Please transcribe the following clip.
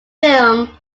film